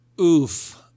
Oof